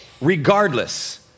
regardless